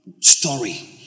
story